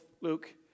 Luke